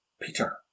Peter